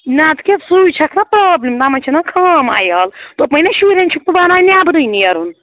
نَتہٕ کیٛاہ سُے چھَکھ نہ پرٛابلِم تمن چھَنہ خام عیال دوٚپمَے نہ شُرٮ۪ن چھُکھ نہٕ بَنان نٮ۪برٕے نیرُن